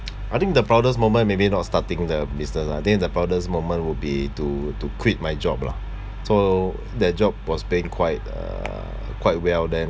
I think the proudest moment maybe not starting the business lah I think the proudest moment would be to to quit my job lah so that job was paying quite uh quite well then